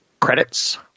credits